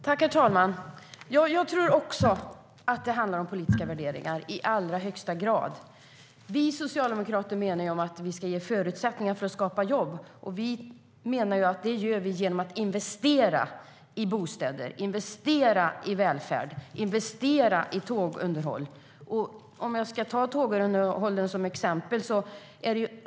Herr talman! Jag tror också att det i allra högsta grad handlar om politiska värderingar. Vi socialdemokrater är eniga om att vi ska ge förutsättningar för att skapa jobb. Vi menar att vi gör det genom att investera i bostäder, i välfärd och i tågunderhåll. Jag ska ta tågunderhåll som exempel.